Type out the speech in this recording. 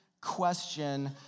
question